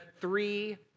three